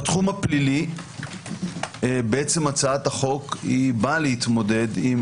בתחום הפלילי הצעת החוק באה להתמודד עם